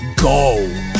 Go